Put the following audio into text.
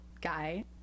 guy